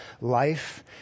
life